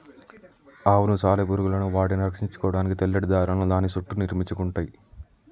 అవును సాలెపురుగులు వాటిని రక్షించుకోడానికి తెల్లటి దారాలను దాని సుట్టూ నిర్మించుకుంటయ్యి